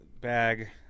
bag